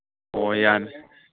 ꯑꯣ ꯌꯥꯅꯤ